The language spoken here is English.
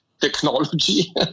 technology